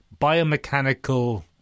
biomechanical